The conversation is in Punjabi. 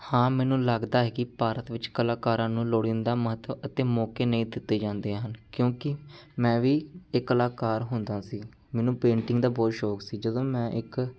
ਹਾਂ ਮੈਨੂੰ ਲੱਗਦਾ ਹੈ ਕਿ ਭਾਰਤ ਵਿੱਚ ਕਲਾਕਾਰਾਂ ਨੂੰ ਲੋੜੀਂਦਾ ਮਹੱਤਵ ਅਤੇ ਮੌਕੇ ਨਹੀਂ ਦਿੱਤੇ ਜਾਂਦੇ ਹਨ ਕਿਉਂਕਿ ਮੈਂ ਵੀ ਇਕ ਕਲਾਕਾਰ ਹੁੰਦਾ ਸੀ ਮੈਨੂੰ ਪੇਂਟਿੰਗ ਦਾ ਬਹੁਤ ਸ਼ੌਕ ਸੀ ਜਦੋਂ ਮੈਂ ਇੱਕ